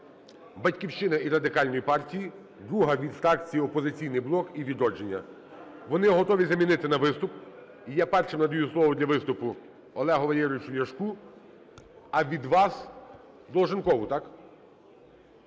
"Батьківщина" і Радикальної партії, друга – від фракції "Опозиційний блок" і "Відродження". Вони готові замінити на виступ. І я першим надаю слово для виступу Олегу Валерійовичу Ляшку. А від вас – Долженкову, так?